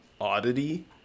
oddity